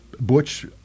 butch